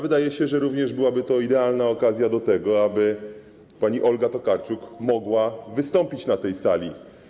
Wydaje się, że również byłaby to idealna okazja do tego, aby pani Olga Tokarczuk mogła wystąpić na tej sali.